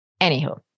Anywho